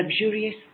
luxurious